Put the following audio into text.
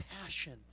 passion